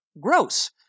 gross